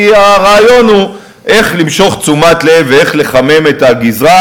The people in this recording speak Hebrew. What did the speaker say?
כי הרעיון הוא איך למשוך תשומת לב ואיך לחמם את הגזרה,